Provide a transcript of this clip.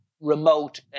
remote